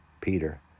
Peter